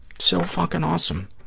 so fucking awesome.